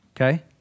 Okay